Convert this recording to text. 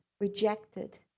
rejected